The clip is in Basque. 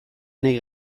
nahi